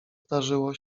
zdarzyło